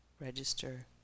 register